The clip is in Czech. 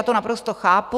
To naprosto chápu.